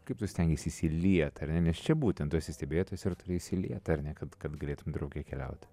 kaip tu stengeisi įsiliet ar ne nes čia būtent tu esi stebėtojas ir turi įsiliet ar ne kad kad galėtum drauge keliauti